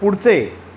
पुढचे